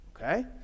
Okay